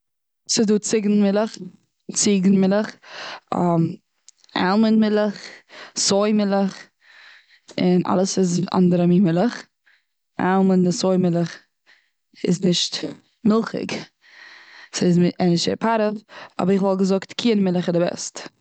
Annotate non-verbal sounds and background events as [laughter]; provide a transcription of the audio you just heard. ס'איז דא ציגן מילך, ציגן מילך [hesitation] עלמאנד מילך, סאו מילך, און אלעס איז אנדערער מין מילך. עלמענד און סאו מילך איז נישט מילכיג ס'איז [unintelligible] ענדערש פארווע. אבער איך וואלט געזאגט קיען מילך איז די בעסט.